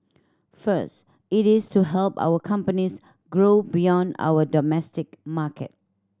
first it is to help our companies grow beyond our domestic market